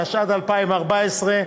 התשע"ד 2014,